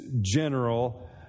general